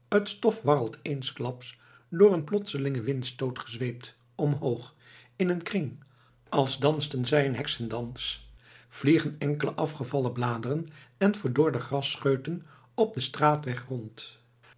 t stof warrelt eensklaps door een plotselingen windstoot gezweept omhoog in een kring als dansten zij een heksendans vliegen enkele afgevallen bladeren en verdorde grasscheuten op den straatweg rond